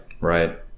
right